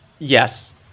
Yes